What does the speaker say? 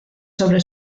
sobre